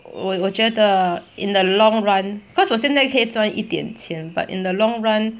我我觉得 in the long run because 我现在可以赚一点钱 but in the long run